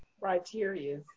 criteria